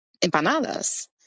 empanadas